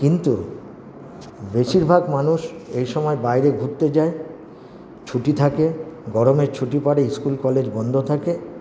কিন্তু বেশিরভাগ মানুষ এই সময় বাইরে ঘুরতে যায় ছুটি থাকে গরমের ছুটির পরে স্কুল কলেজ বন্ধ থাকে